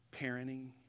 parenting